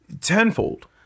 tenfold